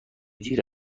دیر